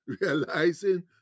realizing